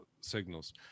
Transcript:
signals